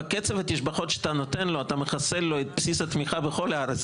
בקצב התשבחות שאתה נותן לו אתה מחסל לו את בסיס התמיכה בכל הארץ,